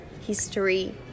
history